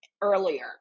earlier